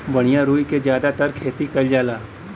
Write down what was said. बढ़िया रुई क जादातर खेती कईल जाला